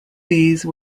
these